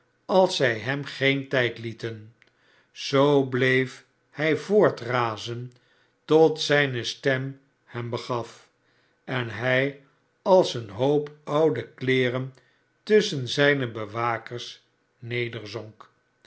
als zij hem geen tijd lieten zoo bleef hij voortrazen tot zijne stem hem begaf en hij als een hoop oude kleeren tusschen zijne bewakers nederzonk